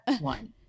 one